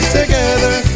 together